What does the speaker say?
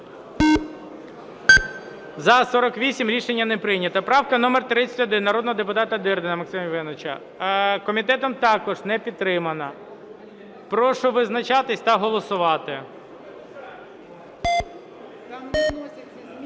За-48 Рішення не прийнято. Правка номер 31 народного депутата Дирдіна Максима Євгеновича. Комітетом також не підтримана. Прошу визначатись та голосувати.